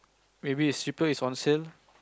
maybe is cheaper it's on sale